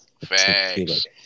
Facts